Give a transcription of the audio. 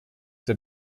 der